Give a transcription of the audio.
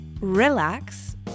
relax